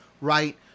right